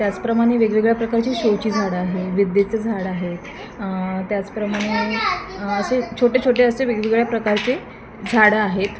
त्याचप्रमाणे वेगवेगळ्या प्रकारची शेवची झाडं आहे विद्येचं झाड आहे त्याचप्रमाणे असे छोटे छोटे असे वेगवेगळ्या प्रकारचे झाडं आहेत